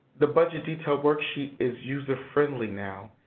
the budget detail worksheet is user-friendly now,